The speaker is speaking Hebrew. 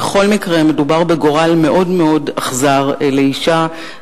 בכל מקרה מדובר בגורל מאוד מאוד אכזר לאשה,